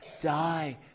die